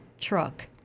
truck